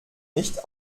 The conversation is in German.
nicht